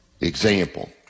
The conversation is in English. Example